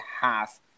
half